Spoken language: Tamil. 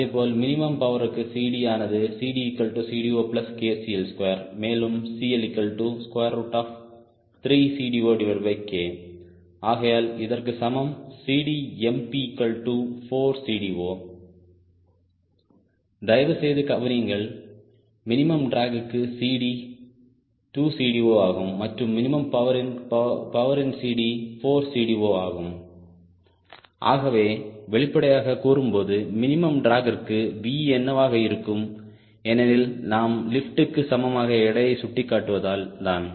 அதேபோல் மினிமம் பவர்க்கு CD ஆனது CDCD0KCL2 மேலும் CL3CD0K ஆகையால் இதற்கு சமம் CDmP4CD0 தயவுசெய்து கவனியுங்கள் மினிமம் டிராக் க்கு CD 2CD0ஆகும் மற்றும் மினிமம் பவரின் CD 4CD0ஆகும் ஆகவே வெளிப்படையாக கூறும்போது மினிமம் டிராக்ற்கு V என்னவாக இருக்கும் ஏனெனில் நாம் லிப்ட்க்கு சமமாக எடையை சுட்டிக் காட்டுவதால் தான்